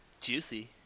Juicy